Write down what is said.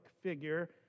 figure